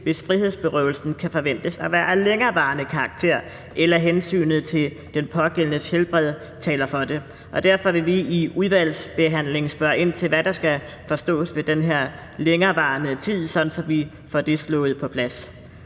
hvis frihedsberøvelsen kan forventes at være af længerevarende karakter, eller hvis hensynet til den pågældendes helbred taler for det. Og derfor vil vi i udvalgsbehandlingen spørge ind til, hvad der skal forstås ved den her længerevarende tid, sådan at vi får det slået fast.